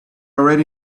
already